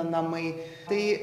namai tai